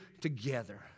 together